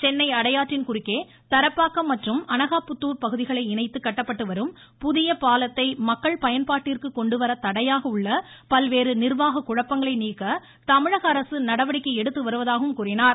சென்னை அடையாற்றின் குறுக்கே தரப்பாக்கம் மற்றும் அனகாபுத்தூர் பகுதிகளை இணைத்து கட்டப்பட்டுவரும் புதிய பாலத்தை மக்கள் பயன்பாட்டிற்குக் கொண்டுவர தடையாக உள்ள பல்வேறு நிர்வாக குழப்பங்களை நீக்க தமிழகஅரசு நடவடிக்கை எடுத்துவருவதாக கூறினார்